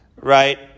right